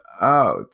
out